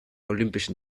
olympischen